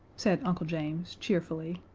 said uncle james, cheerfully,